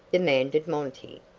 demanded monty,